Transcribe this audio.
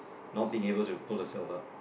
not being able to pull herself up